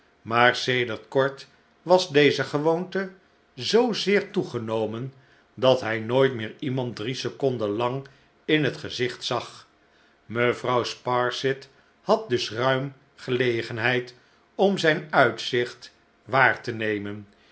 maar sedert kort was deze gewoonte zoozeer toegenomen dat hij nooit meer iemand drie seconden lang in het gezicht zag mevrouw sparsit had dus ruim gelegenheid om zijn uitzicht waar te nemen